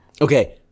okay